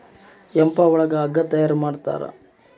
hemp ಒಳಗ ಹಗ್ಗ ತಯಾರ ಮಾಡ್ತಾರ